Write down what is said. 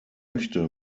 möchte